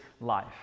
life